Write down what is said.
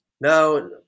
No